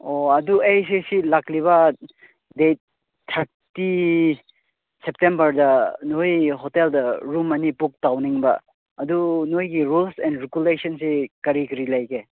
ꯑꯣ ꯑꯗꯨ ꯑꯩꯁꯦ ꯁꯤ ꯂꯥꯛꯂꯤꯕ ꯗꯦꯗ ꯊꯥꯔꯇꯤ ꯁꯦꯞꯇꯦꯝꯕꯔꯗ ꯅꯣꯏ ꯍꯣꯇꯦꯜꯗ ꯔꯨꯝ ꯑꯅꯤ ꯕꯨꯛ ꯇꯧꯅꯤꯡꯕ ꯑꯗꯨ ꯅꯣꯏꯒꯤ ꯔꯨꯜꯁ ꯑꯦꯟ ꯔꯤꯒꯨꯂꯦꯁꯟꯁꯦ ꯀꯔꯤ ꯀꯔꯤ ꯂꯩꯒꯦ